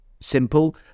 simple